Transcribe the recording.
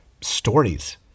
stories